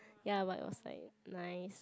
ya but was like nice